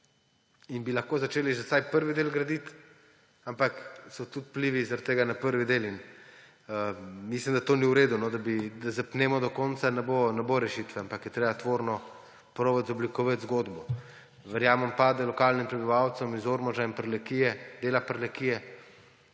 In bi lahko začeli že vsaj prvi del graditi. Ampak so tudi vplivi zaradi tega na prvi del. In mislim, da to ni v redu, da zapnemo do konca. Ne bo rešitve, ampak je treba tvorno poskusiti oblikovati zgodbo. Verjamem pa, da je lokalnim prebivalcem iz Ormoža in dela Prlekije,